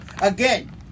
Again